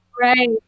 right